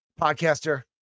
podcaster